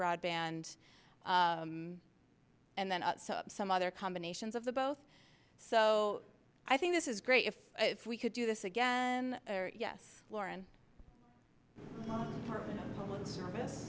broadband and then some other combinations of the both so i think this is great if if we could do this again yes lauren service